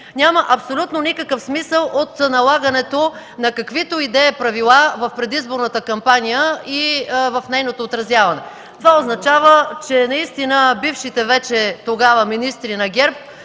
Няма абсолютно никакъв смисъл от налагането на каквито и да е правила в предизборната кампания и в нейното отразяване. Това означава, че бившите вече министри на ГЕРБ